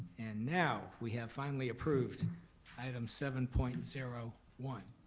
and now, we have finally approved item seven point zero one.